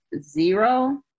zero